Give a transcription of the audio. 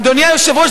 אדוני היושב-ראש,